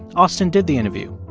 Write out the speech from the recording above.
austin did the interview.